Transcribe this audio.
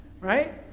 right